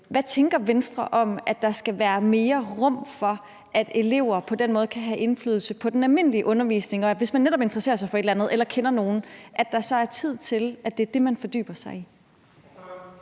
hvad Venstre tænker om, at der skal være mere rum for, at elever på den måde kan få indflydelse på den almindelige undervisning, og om det med, at hvis man netop interesserer sig for et eller andet, skal der være tid til, at det er det, man fordyber sig i.